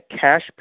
cash